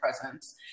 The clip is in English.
presence